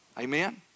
Amen